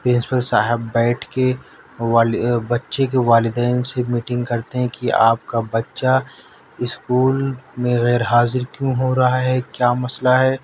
principal صاحب بیٹھ کے والی بچے کے والدین سے میٹنگ کرتے ہیں کہ آپ کا بچہ اسکول میں غیر حاضر کیوں ہو رہا ہے کیا مسئلہ ہے